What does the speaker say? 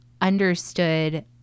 understood